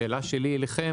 השאלה שלי אליכם,